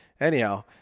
anyhow